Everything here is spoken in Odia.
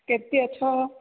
କେମିତି ଅଛ